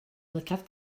lygaid